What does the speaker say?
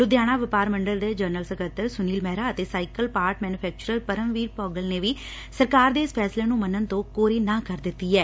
ਲੁਧਿਆਣਾ ਵਪਾਰ ਮੰਡਲ ਦੇ ਜਨਰਲ ਸਕੱਤਰ ਸੁਨੀਲ ਮਹਿਰਾ ਅਤੇ cycle part manufacturer Paramvir Bhogal ਨੇ ਵੀ ਸਰਕਾਰ ਦੇ ਇਸ ਫੈਸਲੇ ਨੂੰ ਮੰਨਣ ਤੋਂ ਕੋਰੀ ਨਾਂਹ ਕਰ ਦਿੱਤੀ ਐ